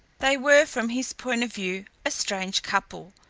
they were, from his point of view, a strange couple,